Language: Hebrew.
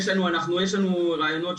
יש לנו רעיונות,